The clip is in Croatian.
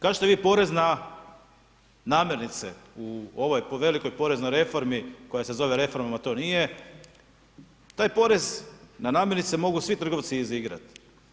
Kažete vi porez na namirnice u ovoj velikoj poreznoj reformi koja se zove, reforma to nije, taj porez na namirnice mogu svi trgovci izigrati.